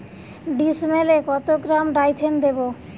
ডিস্মেলে কত gram Dithane দেবো?